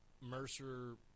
Mercer